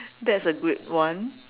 that's a good one